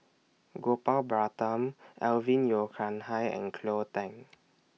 Gopal Baratham Alvin Yeo Khirn Hai and Cleo Thang